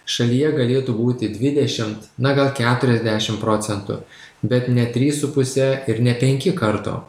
šalyje galėtų būti dvidešimt na gal keturiasdešim procentų bet ne trys su puse ir ne penki karto